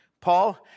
Paul